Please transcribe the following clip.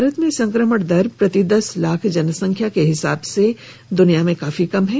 भारत में संक्रमण दर प्रति दस लाख जनसंख्या के हिसाब से दुनिया में काफी कम है